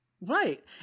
right